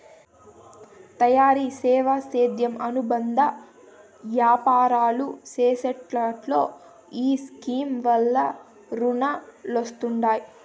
తయారీ, సేవా, సేద్యం అనుబంద యాపారాలు చేసెటోల్లో ఈ స్కీమ్ వల్ల రునాలొస్తండాయి